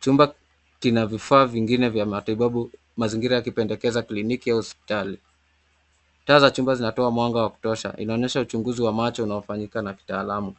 Chumba kina vifaa vingine vya matibabu, mazingira yakipendekeza kliniki au hospitali. Taa za chumba zinatoa mwanga wa kutosha. Inaonyesha uchunguzi wa macho unaofanyika na kitaalamu.